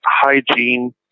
hygiene